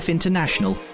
International